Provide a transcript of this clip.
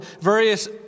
various